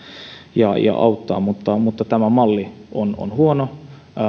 ja ja auttaa mutta tämä malli on on huono